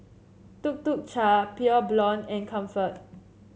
Tuk Tuk Cha Pure Blonde and Comfort